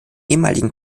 ehemaligen